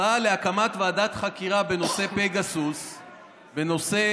חוק הקמת ועדת חקירה ממלכתית לפרשת הרוגלות בשימוש משטרת ישראל,